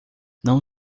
não